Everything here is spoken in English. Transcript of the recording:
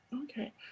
Okay